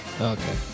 Okay